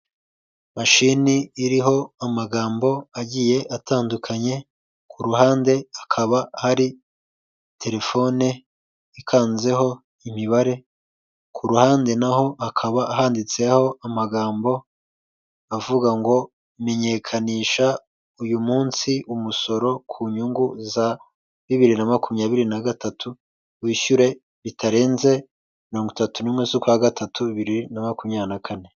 Mashini iriho amagambo agiye atandukanye, ku ruhande hakaba hari telefone ikanzeho imibare, ku ruhande naho hakaba handitseho amagambo avuga ngo "menyekanisha uyu munsi umusoro ku nyungu za bibiri na makumyabiri na gatatu, wishyure bitarenze mirongo itatu n'umwe z'ukwa gatatu bibiri na makumyabiri na kane".